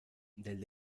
del